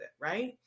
Right